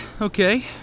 okay